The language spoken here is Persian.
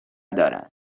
دارند